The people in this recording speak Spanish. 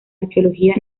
arqueología